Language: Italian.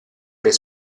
per